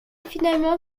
finalement